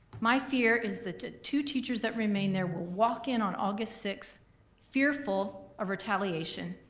my fear is that the two teachers that remained there will walk in on august six fearful of retaliation,